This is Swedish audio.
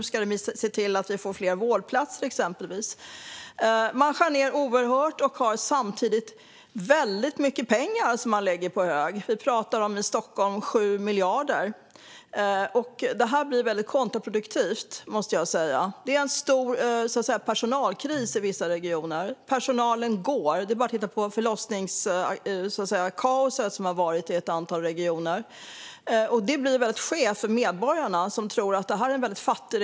Samtidigt som dessa regioner skär ned en massa lägger de väldigt mycket pengar på hög. Bara i Stockholm är det 7 miljarder. Detta är väldigt kontraproduktivt. I vissa regioner råder personalkris; personalen går. Titta bara på förlossningskaoset i ett antal regioner. Detta blir skevt för medborgarna, som tror att regionen är fattig.